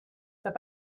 that